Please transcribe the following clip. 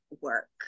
work